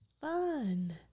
fun